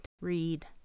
read